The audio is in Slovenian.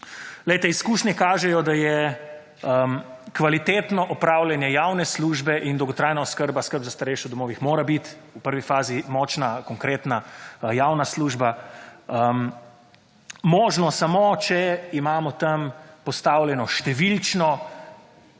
Glejte, izkušnje kažejo, da je kvalitetno opravljanje javne službe in dolgotrajna oskrba, skrb za starejše v domovih, mora bit, v prvi fazi, močna, konkretna, javna služba, možno samo, če imamo tam postavljeno številčno,